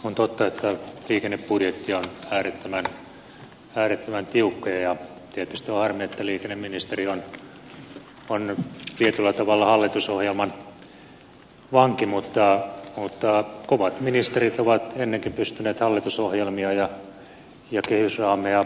on totta että liikennebudjetti on äärettömän tiukka ja tietysti on harmi että liikenneministeri on tietyllä tavalla hallitusohjelman vanki mutta kovat ministerit ovat ennenkin pystyneet hallitusohjelmia ja kehysraameja reivaamaan